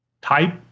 type